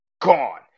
Gone